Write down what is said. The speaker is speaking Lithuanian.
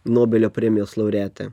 nobelio premijos laureatė